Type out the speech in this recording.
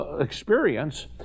experience